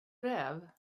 räv